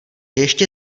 ještě